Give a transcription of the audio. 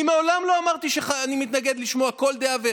אני מעולם לא אמרתי שאני מתנגד לשמוע כל דעה.